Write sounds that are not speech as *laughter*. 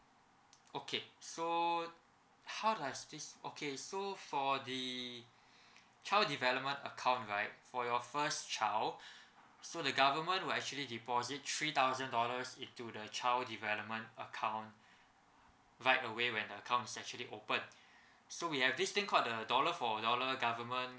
okay so how does this okay so for the child development account right for your first child *breath* so the government will actually deposit three thousand dollars into the child development account right away when the account is actually opened so we have this thing called the dollar for dollar government